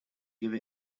give